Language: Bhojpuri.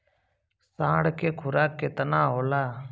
साढ़ के खुराक केतना होला?